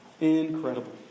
Incredible